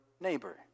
neighbor